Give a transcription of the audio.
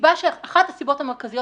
אחת הסיבות המרכזיות